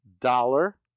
dollar